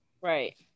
Right